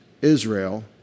Israel